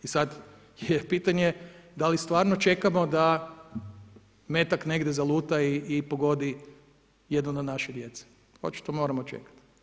I sada je pitanje, da li stvarno čekamo da metak negdje zaluta i pogodi jedno od naše djece, očito moramo čekati.